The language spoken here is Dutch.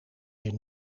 hier